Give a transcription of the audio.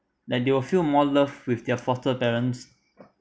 and they will feel more loved with their foster parents